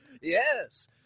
Yes